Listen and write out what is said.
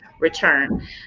return